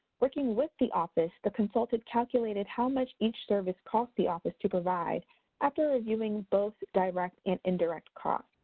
working with the office, the consultant calculated how much each service cost the office to provide after reviewing both direct and indirect costs.